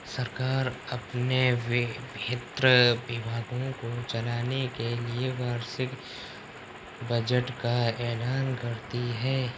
सरकार अपने विभिन्न विभागों को चलाने के लिए वार्षिक बजट का ऐलान करती है